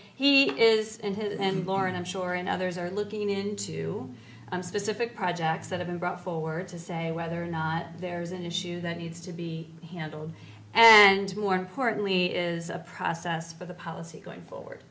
he is in his and born i'm sure and others are looking into specific projects that have been brought forward to say whether or not there is an issue that needs to be handled and more importantly is a process for the policy going